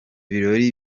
birori